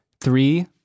three